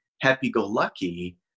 happy-go-lucky